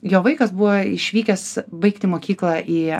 jo vaikas buvo išvykęs baigti mokyklą į